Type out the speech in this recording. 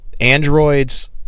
androids